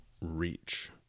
reach